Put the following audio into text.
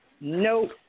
Nope